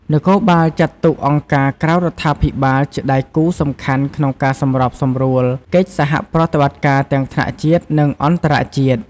នគរបាលចាត់ទុកអង្គការក្រៅរដ្ឋាភិបាលជាដៃគូសំខាន់ក្នុងការសម្របសម្រួលកិច្ចសហប្រតិបត្តិការទាំងថ្នាក់ជាតិ និងអន្តរជាតិ។